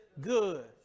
good